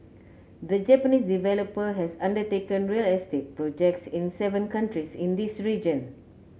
the Japanese developer has undertaken real estate projects in seven countries in this region